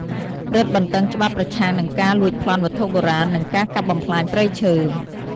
រឹតបន្តឹងច្បាប់ប្រឆាំងនឹងការលួចប្លន់វត្ថុបុរាណ និងការកាប់បំផ្លាញព្រៃឈើ។